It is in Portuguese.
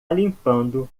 limpando